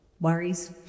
worries